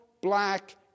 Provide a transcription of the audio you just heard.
black